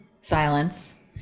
Silence